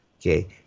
Okay